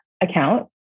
account